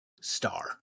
star